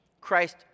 Christ